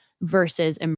versus